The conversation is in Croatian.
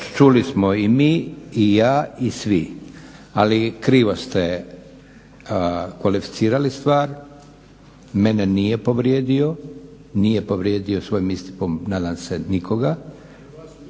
Čuli smo i mi i ja i svi. ali krivo ste koleficirali stvar. Mene nije povrijedio, nije povrijedio svojim istupom nadam se nikoga.